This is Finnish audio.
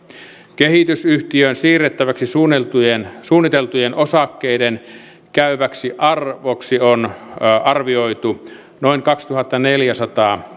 kehitysyhtiöön siirrettäväksi suunniteltujen suunniteltujen osakkeiden käyväksi arvoksi on arvioitu noin kaksituhattaneljäsataa